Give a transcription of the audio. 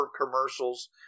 commercials